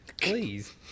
Please